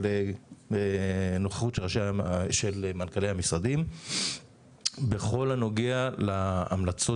אבל נוכחות של מנכ"לי המשרדים בכל הנוגע להמלצות